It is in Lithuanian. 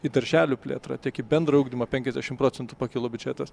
į darželių plėtrą tiek į bendrojo ugdymo penkiasdešimt procentų pakilo biudžetas